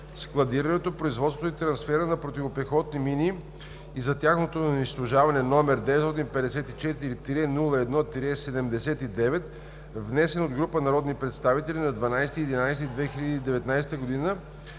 складирането, производството и трансфера на противопехотни мини и за тяхното унищожаване, № 954-01-79, внесен от група народни представители на 12 ноември 2019 г.,